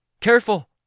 Careful